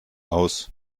aus